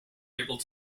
able